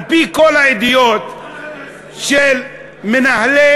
על-פי כל העדויות של מנהלי,